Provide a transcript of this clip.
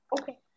Okay